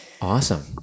Awesome